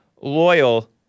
loyal